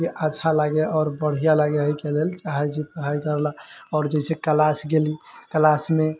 की अच्छा लागय आओर बढ़िऑं लागै है इएह लैके चाहै छी पढ़ाइ करय लए आओर जे छै क्लास गेली क्लासमे